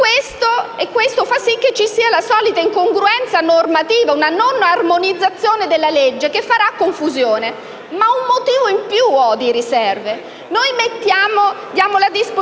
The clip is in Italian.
questo fa sì che vi sia la solita incongruenza normativa, una non armonizzazione della legge, che genererà confusione. Ma ho un ulteriore motivo di riserva: diamo la disponibilità